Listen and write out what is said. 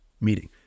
meeting